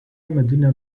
medinė